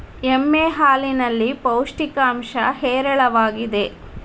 ಎಮ್ಮೆ ಹಾಲಿನಲ್ಲಿ ಪೌಷ್ಟಿಕಾಂಶ ಹೇರಳವಾಗಿದೆ